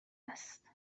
است